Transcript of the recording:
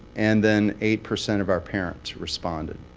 and then eight percent of our parents responded.